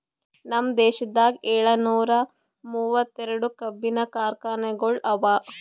ನಮ್ ದೇಶದಾಗ್ ಏಳನೂರ ಮೂವತ್ತೆರಡು ಕಬ್ಬಿನ ಕಾರ್ಖಾನೆಗೊಳ್ ಅವಾ